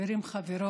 חברים וחברות,